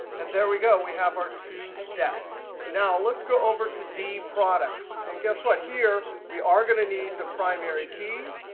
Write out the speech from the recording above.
and there we go. we have our two steps. now let's go over to d products. and guess what, here, we are going to need the primary key.